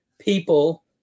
people